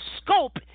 scope